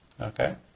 Okay